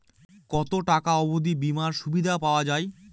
কত টাকা অবধি বিমার সুবিধা পাওয়া য়ায়?